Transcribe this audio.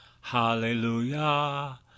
hallelujah